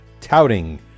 touting